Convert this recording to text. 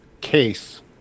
case